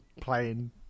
playing